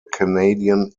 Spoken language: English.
canadian